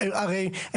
הרי,